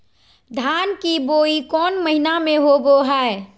धान की बोई कौन महीना में होबो हाय?